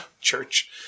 church